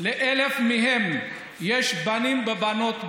של-1,000 מהם יש בנים ובנות בישראל,